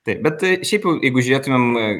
taip bet šiaip jeigu žiūrėtumėm